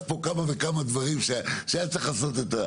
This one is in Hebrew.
פה כמה וכמה דברים שהיה צריך לעשות.